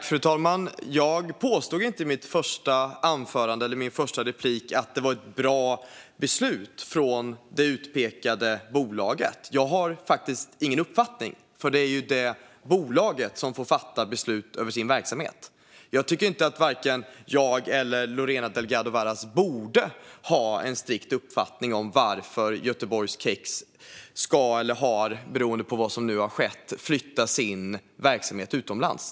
Fru talman! Jag påstod inte i min första replik att det var ett bra beslut av det utpekade bolaget. Jag har faktiskt ingen uppfattning om det, för det är bolaget som får fatta beslut om sin verksamhet. Jag tycker inte att vare sig jag eller Lorena Delgado Varas borde ha en strikt uppfattning om varför Göteborgs Kex ska flytta eller har flyttat, beroende på vad som nu har skett, sin verksamhet utomlands.